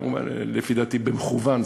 לפי דעתי במכוון,